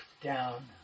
down